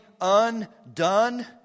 undone